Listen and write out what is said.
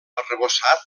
arrebossat